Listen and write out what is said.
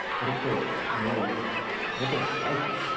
what if they're smooth? what if they're spiky?